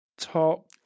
top